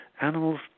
animals